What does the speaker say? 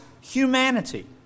humanity